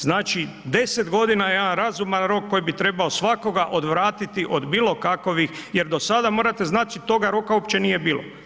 Znači 10 godina je jedan razuman rok koji bi trebao svakoga odvratiti od bilo kakovih, jer do sada morate znate, toga roka uopće nije bilo.